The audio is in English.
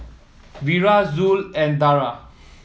Wira Zul and Dara